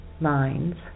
minds